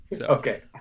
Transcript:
Okay